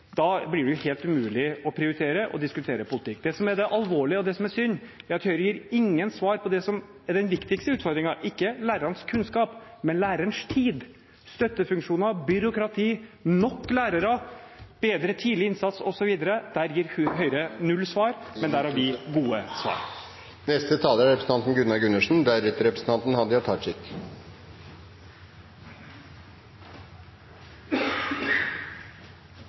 blir det helt umulig å prioritere og diskutere politikk. Det som er det alvorlige, og det som er synd, er at Høyre gir ingen svar på det som er den viktigste utfordringen, og det er ikke lærerens kunnskap, men lærerens tid. Når det gjelder støttefunksjoner, byråkrati, nok lærere, bedre tidlig innsats osv., gir Høyre null svar, men der har vi gode svar. Det var representanten